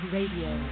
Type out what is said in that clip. Radio